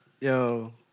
Yo